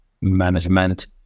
management